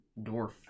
dwarf